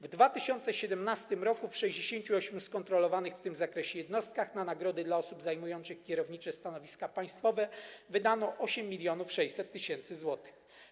W 2017 r. w 68 skontrolowanych w tym zakresie jednostkach na nagrody dla osób zajmujących kierownicze stanowiska państwowe wydano 8600 tys. zł.